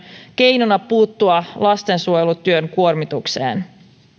keinona puuttua lastensuojelutyön kuormitukseen